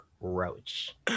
roach